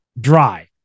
dry